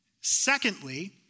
Secondly